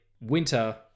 Winter